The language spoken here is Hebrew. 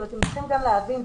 אתם צריכים גם להבין,